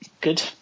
Good